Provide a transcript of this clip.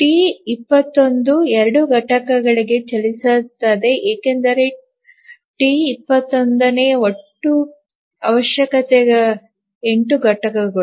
T 21 2 ಘಟಕಗಳಿಗೆ ಚಲಿಸುತ್ತದೆ ಏಕೆಂದರೆ ಟಿ 21 ಗೆ ಒಟ್ಟು ಅವಶ್ಯಕತೆ 8 ಘಟಕಗಳು